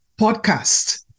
podcast